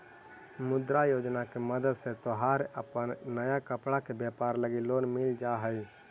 मुद्रा योजना के मदद से तोहर अपन नया कपड़ा के व्यवसाए लगी लोन मिल जा हई